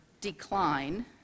decline